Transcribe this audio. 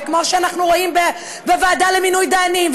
וכמו שאנחנו רואים בוועדה למינוי דיינים,